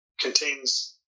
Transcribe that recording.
contains